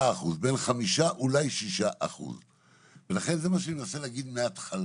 5%, אולי 6%. לכן זה מה שאני מנסה להגיד מההתחלה.